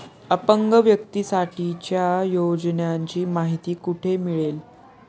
अपंग व्यक्तीसाठीच्या योजनांची माहिती कुठे मिळेल?